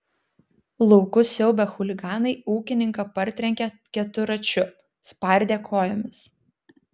laukus siaubę chuliganai ūkininką partrenkė keturračiu spardė kojomis